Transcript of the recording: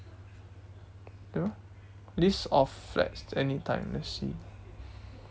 ya list of flats anytime let's see